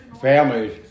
families